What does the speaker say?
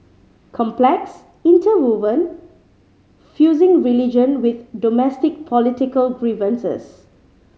complex interwoven fusing religion with domestic political grievances